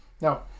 No